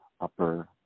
upper